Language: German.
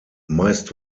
meist